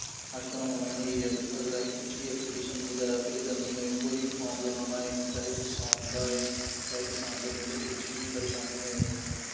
on line होई गेदे अगर असें कुछ बी ऐपलिकेशन बगैरा फिल्ल करनी होए कुछ बी फार्म लगाना होए ओह् चाहे किसान दा होए चाहे किसान दे रिलेटिड़ कुछ बी परेशानी होए